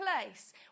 place